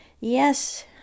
Yes